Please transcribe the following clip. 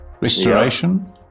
restoration